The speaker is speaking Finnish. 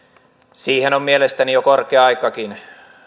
siihen on mielestäni jo korkea aikakin